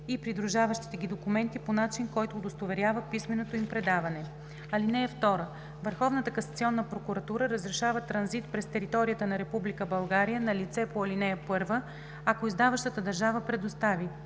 и придружаващите ги документи по начин, който удостоверява писменото им предаване. (2) Върховната касационна прокуратура разрешава транзит през територията на Република България на лице по ал. 1, ако издаващата държава предостави: